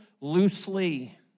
loosely